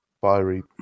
fiery